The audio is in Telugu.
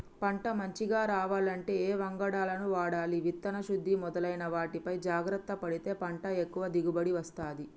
పంట మంచిగ రావాలంటే ఏ వంగడాలను వాడాలి విత్తన శుద్ధి మొదలైన వాటిపై జాగ్రత్త పడితే పంట ఎక్కువ దిగుబడి వస్తది